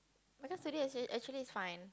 because today is it actually is fine